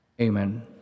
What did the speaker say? Amen